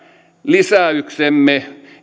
lisäyksemme